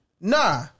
nah